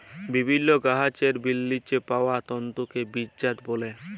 বিভিল্ল্য গাহাচের বিচেল্লে পাউয়া তল্তুকে বীজজাত ব্যলে